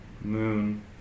Moon